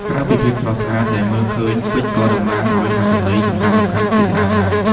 ក្រៅពីភាពស្រស់ស្អាតដែលមើលឃើញ ពេជ្រក៏តំណាងឲ្យអត្ថន័យសំខាន់ៗជាច្រើនដែរ។